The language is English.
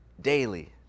daily